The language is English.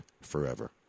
forever